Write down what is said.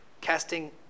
Casting